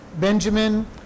Benjamin